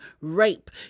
rape